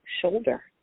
shoulder